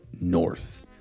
North